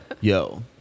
Yo